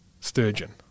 Sturgeon